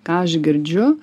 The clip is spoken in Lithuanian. ką aš girdžiu